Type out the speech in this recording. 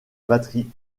batterie